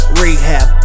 rehab